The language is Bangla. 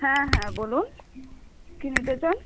হ্যাঁ হ্যাঁ বলুন কী নিতে চান